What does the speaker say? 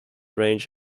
range